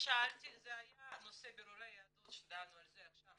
ששאלתי זה היה נושא בירורי היהדות שדנו על זה עכשיו,